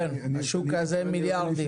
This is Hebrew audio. כן, השוק הזה מיליארדים.